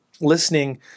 listening